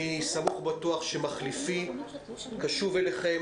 אני סמוך ובטוח שמחליפי יהיה קשוב אליכם.